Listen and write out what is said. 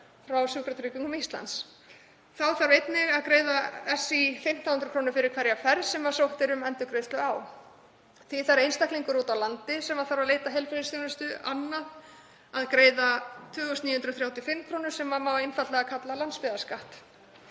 frá Sjúkratryggingum Íslands. Þá þarf einnig að greiða SÍ 1.500 kr. fyrir hverja ferð sem sótt er um endurgreiðslu á. Því þarf einstaklingur úti á landi sem þarf að leita heilbrigðisþjónustu annað að greiða 2.935 kr. sem má einfaldlega kalla landsbyggðarskatt.